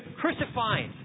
crucified